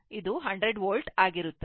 ಆದ್ದರಿಂದ V 3 0 100 volt ಆಗಿರುತ್ತದೆ